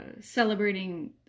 celebrating